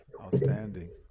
Outstanding